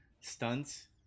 stunts